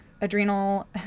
adrenal